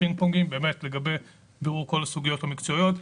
בפינג פונגים באמת לגבי בירור כל הסוגיות המקצועיות.